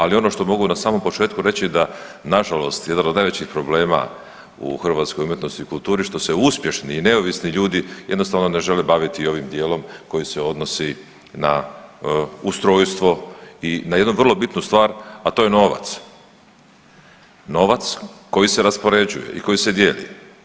Ali ono što mogu na samom početku reći da nažalost jedan od najvećih problema u hrvatskoj umjetnosti i kulturi što se uspješni i neovisni ljudi jednostavno ne žele baviti ovim dijelom koji se odnosi na ustrojstvo i na jednu vrlo bitnu stvar, a to je novac, novac koji se raspoređuje i koji se dijeli.